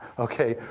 okay?